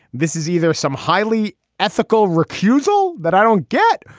this is either some highly ethical recusal that i don't get.